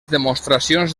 demostracions